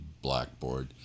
blackboard